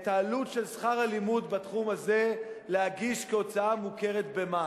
את העלות של שכר הלימוד בתחום הזה להגיש כהוצאה מוכרת למס.